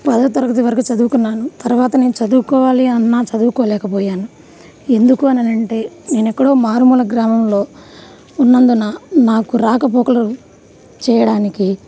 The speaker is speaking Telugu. పదో తరగతి వరకు చదువుకున్నాను తరువాత నేను చదువుకోవాలి అన్న చదువుకోలేకపోయాను ఎందుకు అని అంటే నేను ఎక్కడో మారుమూల గ్రామంలో ఉన్నందున నాకు రాకపోకలు చేయడానికి